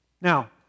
Now